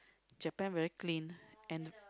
Japan very clean and